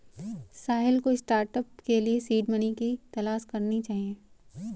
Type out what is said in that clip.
साहिल को स्टार्टअप के लिए सीड मनी की तलाश करनी चाहिए